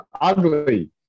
ugly